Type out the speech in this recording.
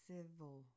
Civil